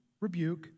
rebuke